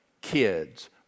kids